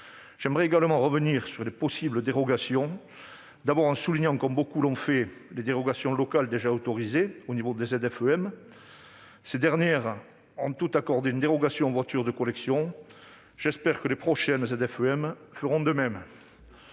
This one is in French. J'aimerais également revenir sur les dérogations créées, d'abord en soulignant, comme beaucoup l'ont fait, que des dérogations locales sont déjà autorisées au niveau des ZFEM. Ces territoires ont tous accordé une dérogation aux voitures de collection. J'espère que les prochaines ZFEM feront de même.